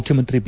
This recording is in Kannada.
ಮುಖ್ಯಮಂತ್ರಿ ಬಿ